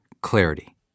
clarity